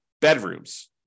bedrooms